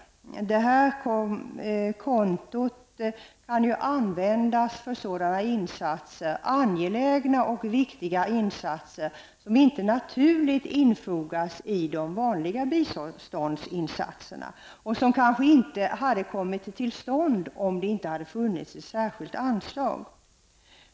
Det här kontot kan ju användas för angelägna och viktiga insatser som inte naturligen infogas i de vanliga biståndsinsatserna och som kanske inte hade gjorts om det inte hade funnits ett särskilt anslag.